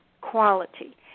quality